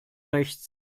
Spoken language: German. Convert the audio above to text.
rechts